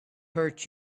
hurt